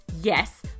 yes